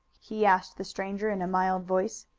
he asked the stranger in a mild voice.